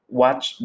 watch